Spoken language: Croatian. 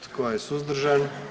Tko je suzdržan?